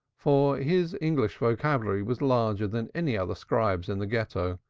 for his english vocabulary was larger than any other scribe's in the ghetto,